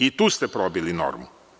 I, tu ste probili normu.